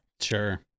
Sure